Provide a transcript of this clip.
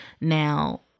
now